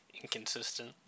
inconsistent